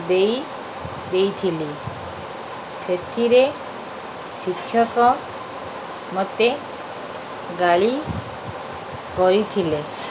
ଦେଇ ଦେଇଥିଲି ସେଥିରେ ଶିକ୍ଷକ ମୋତେ ଗାଳି କରିଥିଲେ